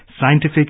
Scientific